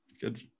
Good